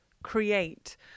create